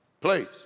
please